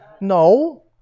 no